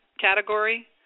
category